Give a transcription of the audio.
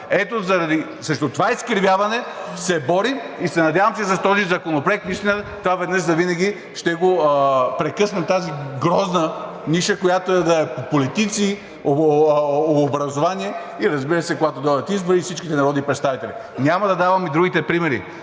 Ето срещу това изкривяване се борим и се надявам, че с този законопроект наистина това веднъж завинаги да го прекъснем – тази грозна ниша, която е от политици – образование и разбира се, когато дойдат избори, всичките народни представители. Няма да давам и другите примери